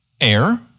air